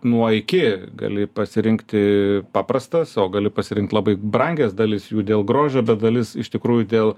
nuo iki gali pasirinkti paprastas o gali pasirinkt labai brangias dalis jų dėl grožio bet dalis iš tikrųjų dėl